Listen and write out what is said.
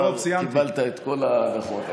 קיבלת את כל ההנחות.